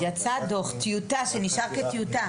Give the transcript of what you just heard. יצא דו"ח טיוטה, שנשאר כטיוטה.